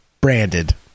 Branded